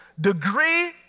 Degree